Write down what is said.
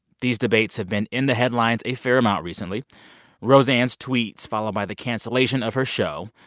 these debates have been in the headlines a fair amount recently roseanne's tweets followed by the cancellation of her show,